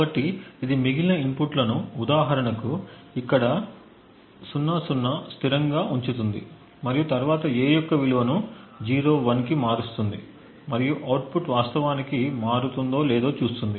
కాబట్టి ఇది మిగిలిన ఇన్పుట్లను ఉదాహరణకు ఇక్కడ 00 స్థిరంగా ఉంచుతుంది మరియు తరువాత A యొక్క విలువను 01 కి మారుస్తుంది మరియు అవుట్పుట్ వాస్తవానికి మారుతుందో లేదో చూస్తుంది